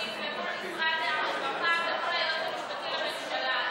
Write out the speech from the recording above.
המשפטים ומול משרד הרווחה ומול היועץ המשפטי לממשלה.